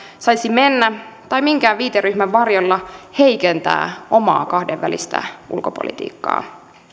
saisi mennä tai minkään viiteryhmän varjolla heikentää omaa kahdenvälistä ulkopolitiikkaa